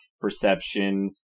Perception